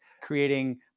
creating